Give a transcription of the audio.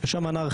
יש שם אנרכיה,